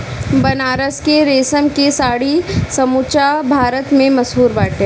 बनारस के रेशम के साड़ी समूचा भारत में मशहूर बाटे